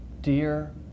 dear